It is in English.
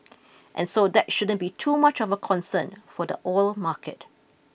and so that shouldn't be too much of a concern for the oil market